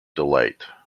delight